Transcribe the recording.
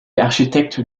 architecte